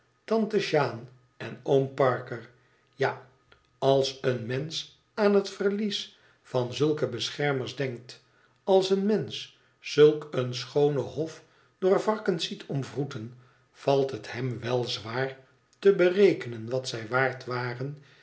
tante jeane en oom parker ja als een mensch aan het verlies van zulke beschermers denkt als een mensch zulkeenschoonenhof door varkens ziet omwroeten valt het hem wèl zwaar te berekenen wat zij waard waren